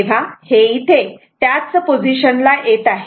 तेव्हा हे इथे त्याच पोझिशन ला येत आहे